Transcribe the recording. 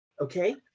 Okay